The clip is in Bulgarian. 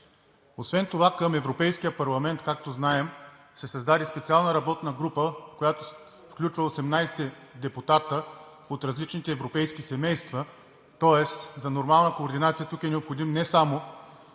Освен това към Европейския парламент, както знаем, се създаде специална работна група, която включва 18 депутати от различните европейски семейства. Тоест за нормалната координация тук е необходим не само